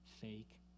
fake